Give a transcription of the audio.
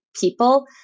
people